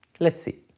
let's see.